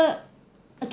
ugh I can